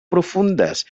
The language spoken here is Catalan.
profundes